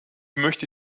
möchte